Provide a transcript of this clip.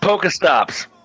Pokestops